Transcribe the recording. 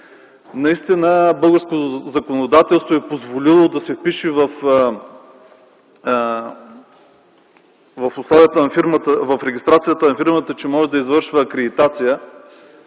Наистина българското законодателство е позволило да се пише в регистрацията на фирмата, че може да извършва акредитация.